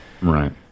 Right